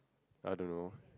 I don't know